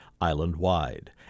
island-wide